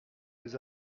des